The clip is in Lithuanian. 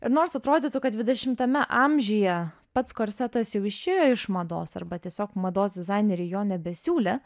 ir nors atrodytų kad dvidešimtame amžiuje pats korsetas jau išėjo iš mados arba tiesiog mados dizaineriai jo nebesiūlė